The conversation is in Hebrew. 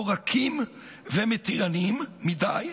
או רכים ומתירניים מדי,